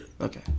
Okay